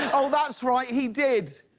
oh, that's right, he did.